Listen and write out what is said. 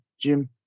Jim